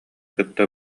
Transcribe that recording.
кытта